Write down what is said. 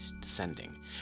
descending